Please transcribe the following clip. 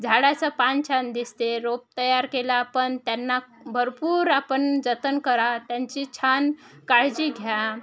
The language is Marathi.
झाडाचं पान छान दिसते रोप तयार केला आपण त्यांना भरपूर आपण जतन करा त्यांची छान काळजी घ्या